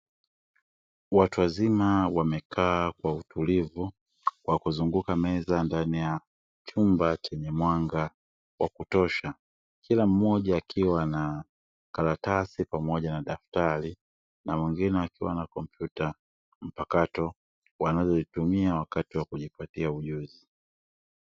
Watu wazima wamekaa kwa utulivu kwa kuzunguka meza ndani ya chumba chenye mwanga wa kutosha, kila mmoja akiwa na karatasi pamoja na daftari na wengine wakiwa na kompyuta mpakato wanazozitumia katika kujipatia ujuzi.